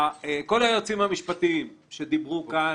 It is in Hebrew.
כל היועצים המשפטיים שדיברו כאן,